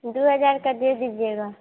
दो हज़ार का दे दीजिएगा